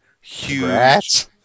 huge